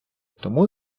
тому